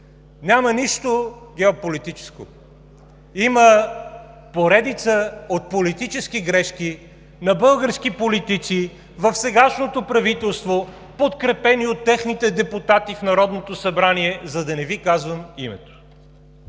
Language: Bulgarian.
няма нищо геополитическо, има поредица от политически грешки на български политици в сегашното правителство, подкрепени от техните депутати в Народното събрание – за да не Ви казвам името!